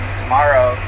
tomorrow